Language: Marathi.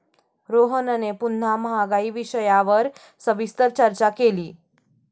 रोहनने पुन्हा महागाई विषयावर सविस्तर चर्चा केली